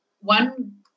one